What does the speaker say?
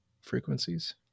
frequencies